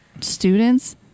students